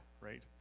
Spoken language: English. right